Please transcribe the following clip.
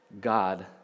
God